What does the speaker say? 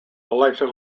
election